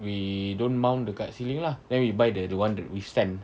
we don't mount dekat ceiling lah then we buy the the [one] that with stand